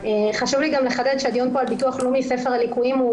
חשוב לי לחדד שהדיון פה על ביטוח לאומי ספר הליקויים לא